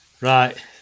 Right